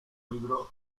libro